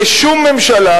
ושום ממשלה,